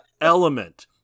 element